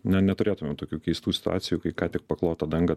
na neturėtumėm tokių keistų situacijų kai ką tik paklotą dangą